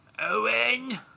Owen